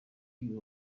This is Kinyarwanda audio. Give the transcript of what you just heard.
uyu